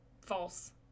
false